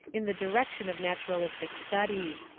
in the direction of naturalistic studies.